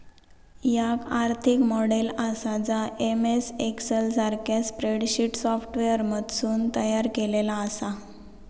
याक आर्थिक मॉडेल आसा जा एम.एस एक्सेल सारख्या स्प्रेडशीट सॉफ्टवेअरमधसून तयार केलेला आसा